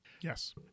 Yes